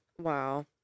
Wow